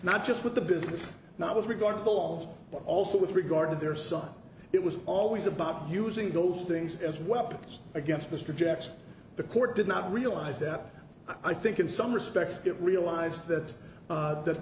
not just with the business not with regard to the law but also with regard to their son it was always about using those things as weapons against mr jackson the court did not realize that i think in some respects it realized that that